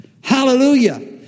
Hallelujah